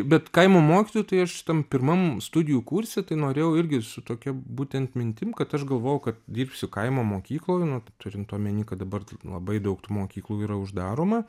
bet kaimo mokytoju tai aš tam pirmam studijų kurse tai norėjau irgi su tokia būtent mintim kad aš galvojau kad dirbsiu kaimo mokykloj nu turint omeny kad dabar labai daug tų mokyklų yra uždaroma